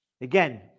Again